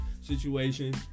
situation